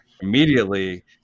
Immediately